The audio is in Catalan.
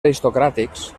aristocràtics